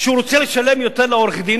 שהוא רוצה לשלם יותר לעורך-הדין,